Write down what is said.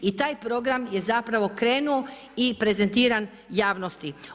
I taj program je zapravo krenuo i prezentiran javnosti.